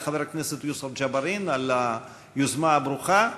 לחבר הכנסת יוסף ג'בארין על היוזמה הברוכה.